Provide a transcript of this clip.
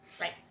Right